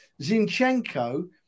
Zinchenko